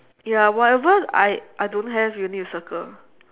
ya whatever I I don't have you need to circle